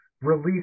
release